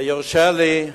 ויורשה לי,